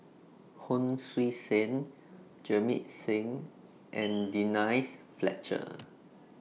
Hon Sui Sen Jamit Singh and Denise Fletcher